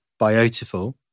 Biotiful